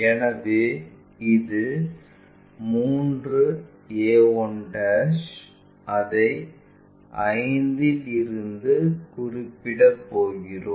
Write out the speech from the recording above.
எனவே இது 3 a1 அதை 5 இல் இருந்து குறிப்பிட போகிறோம்